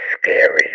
scary